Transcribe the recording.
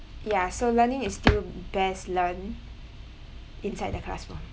ya so learning is still best learn inside the classroom